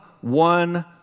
one